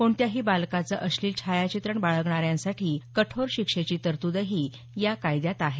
कोणत्याही बालकाचं अश्लील छायाचित्रण बाळगणाऱ्यांसाठी कठोर शिक्षेची तरतूदही या कायद्यात आहे